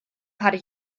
parry